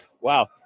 wow